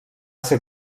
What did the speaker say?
ser